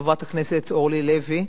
חברת הכנסת אורלי לוי.